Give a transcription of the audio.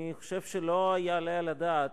אני חושב שלא יעלה על הדעת,